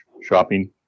shopping